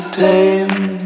tame